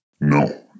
No